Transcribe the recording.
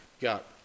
got